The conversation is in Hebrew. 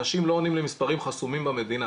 אנשים לא עונים למספרים חסומים במדינה,